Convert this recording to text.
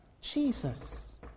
Jesus